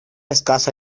escasa